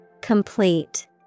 Complete